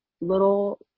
little